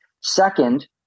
Second